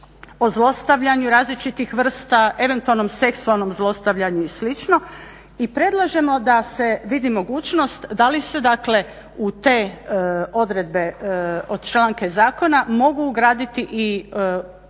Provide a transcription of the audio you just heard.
o zlostavljanju različitih vrsta, eventualnom seksualnom zlostavljanju i slično i predlažemo da se vidi mogućnost da li se dakle u te odredbe od članka zakona mogu ugraditi i pojedini